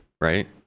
right